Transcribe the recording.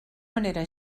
manera